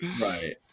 Right